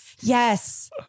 Yes